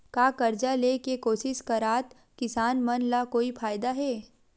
का कर्जा ले के कोशिश करात किसान मन ला कोई फायदा हे?